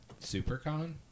SuperCon